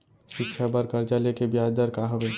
शिक्षा बर कर्जा ले के बियाज दर का हवे?